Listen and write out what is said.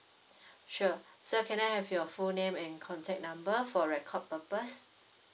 sure sir can I have your full name and contact number for record purpose